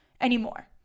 anymore